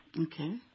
Okay